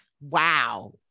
wow